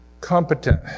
Competent